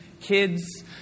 kids